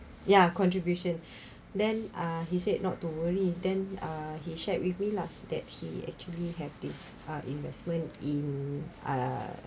ya contribution then ah he said not to worry then uh he shared with me lah that he actually have this uh investment in err